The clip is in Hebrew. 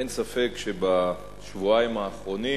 אין ספק שבשבועיים האחרונים